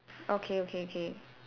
okay okay okay